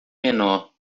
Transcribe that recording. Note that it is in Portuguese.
menor